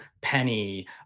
penny